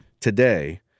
today—